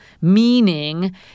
meaning